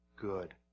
good